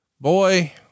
Boy